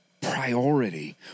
priority